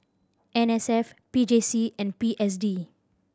N S F P J C and P S D